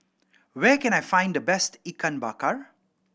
where can I find the best Ikan Bakar